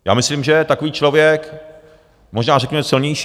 Já myslím, že je takový člověk, možná řekněme silnější...